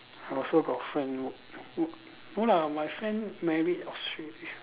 I also got friend who who no lah my friend married Australia